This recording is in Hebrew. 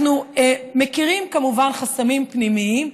אנחנו מכירים כמובן חסמים פנימיים,